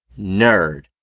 nerd